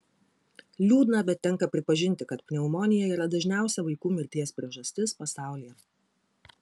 liūdna bet tenka pripažinti kad pneumonija yra dažniausia vaikų mirties priežastis pasaulyje